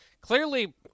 clearly